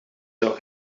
zou